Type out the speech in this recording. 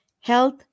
health